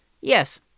Yes